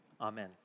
Amen